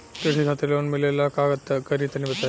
कृषि खातिर लोन मिले ला का करि तनि बताई?